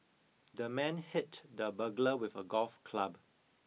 the man hit the burglar with a golf club